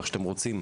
איך שאתם רוצים,